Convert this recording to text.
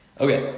Okay